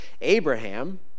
Abraham